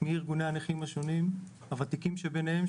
מארגוני הנכים השונים הוותיקים שבהם.